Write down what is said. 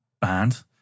band